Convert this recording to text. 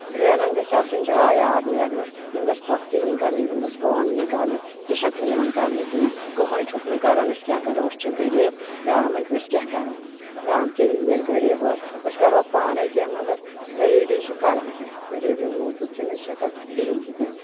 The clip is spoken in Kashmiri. ڈرینن گٕژھِ آسٕنۍ جَاے آب نیرنَس یِم گژھ پۄختہٕ یِنۍ کَرنہِ یِمَن گٔژھ کٲم یِنۍ کَرنہٕ تِہ چھکھ نہٕ یِوان کرنہٕ کینٛہہ کٕہٕنۍ چھُکھ نہٕ کَران أسۍ کیٛاہ کَرو أسۍ چھِ غریٖب گامٕکۍ أسۍ کیٛاہ کَرو گامکہِ ییٚلہِ غریٖب ٲسۍ أسۍ کَرٕ ہوکھ پانےَ کینٛہہ مَگر غریٖبی چھِ کَرو کیٛاہ غریٖبی موٗجوٗب چھِنہٕ أسۍ ہؠکان کِہیٖنۍ تہِ کٔرِتھ